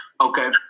okay